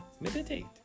meditate